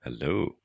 Hello